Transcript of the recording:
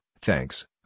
thanks